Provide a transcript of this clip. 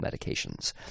medications